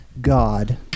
God